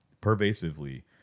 Pervasively